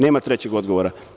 Nema trećeg odgovora.